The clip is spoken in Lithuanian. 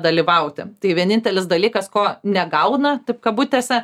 dalyvauti tai vienintelis dalykas ko negauna taip kabutėse